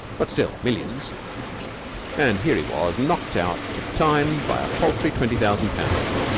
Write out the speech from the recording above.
but still millions and here he was knocked out of time by a paltry twenty thousand pounds.